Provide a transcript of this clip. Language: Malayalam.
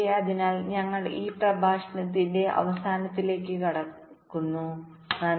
അതിനാൽ ഞങ്ങൾ ഈ പ്രഭാഷണത്തിന്റെ അവസാനത്തിലേക്ക് വരുന്നു